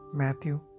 Matthew